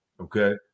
Okay